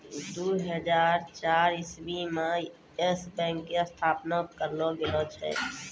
दु हजार चार इस्वी मे यस बैंक के स्थापना करलो गेलै